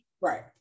Right